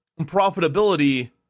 profitability